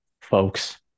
folks